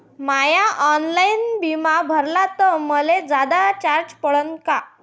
म्या online bill भरलं तर मले जादा चार्ज पडन का?